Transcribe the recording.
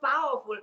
powerful